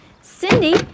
Cindy